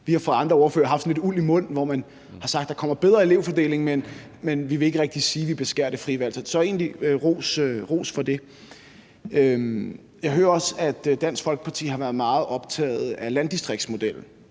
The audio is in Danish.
hørt sådan lidt uld i mund, hvor man har sagt, at der kommer bedre elevfordeling, men man vil ikke rigtig sige, at man beskærer det frie valg – så der skal egentlig være ros for det. Jeg hører også, at Dansk Folkeparti har været meget optaget af landdistriktsmodellen